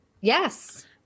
Yes